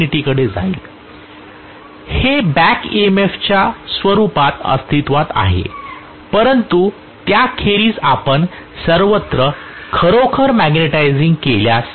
professor हे back एम्फच्या स्वरूपात अस्तित्वात आहे परंतु त्याखेरीज आपण सर्वत्र खरोखरच मॅग्नेटिझिंग केल्यास